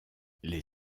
les